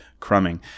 crumbing